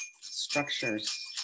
structures